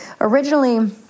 originally